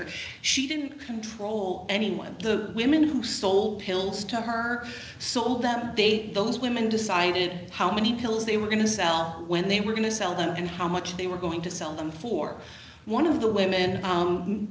e she didn't control anyone the women who stole pills to her so that they those women decided how many pills they were going to sell when they were going to sell them and how much they were going to sell them for one of the women